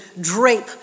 drape